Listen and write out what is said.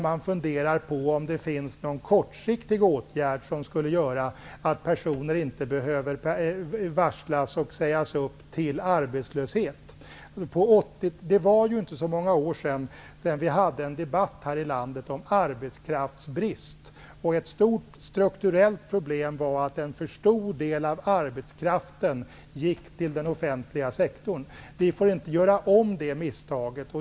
Man funderar på om det finns någon kortsiktig åtgärd som skulle göra att personer inte behöver varslas och sägas upp till arbetslöshet. Det var inte så många år sedan vi hade en debatt här i landet om arbetskraftsbrist. Ett stort strukturellt problem var att en för stor del av arbetskraften gick till den offentliga sektorn. Vi får inte göra om det misstaget.